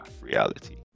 reality